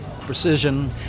Precision